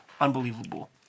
Unbelievable